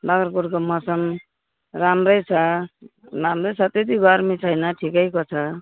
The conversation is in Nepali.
बाग्राकोटको मौसम राम्रै छ राम्रो छ त्यति गर्मी छैन ठिकैको छ